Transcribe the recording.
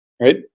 right